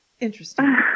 interesting